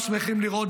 שמחים לראות,